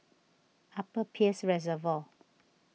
Upper Peirce Reservoir